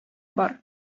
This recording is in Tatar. бар